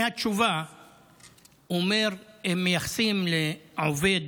מהתשובה מייחסים לעובד,